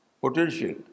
potential